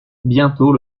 bientôt